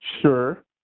Sure